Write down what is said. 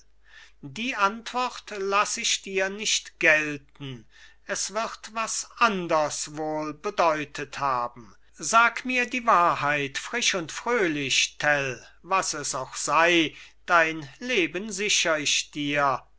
die antwort lass ich dir nicht gelten es wird was anders wohl bedeutet haben sag mir die wahrheit frisch und fröhlich tell was es auch sei dein leben sichr ich dir